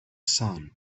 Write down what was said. sun